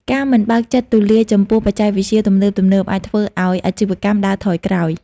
ការមិនបើកចិត្តទូលាយចំពោះបច្ចេកវិទ្យាទំនើបៗអាចធ្វើឱ្យអាជីវកម្មដើរថយក្រោយ។